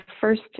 first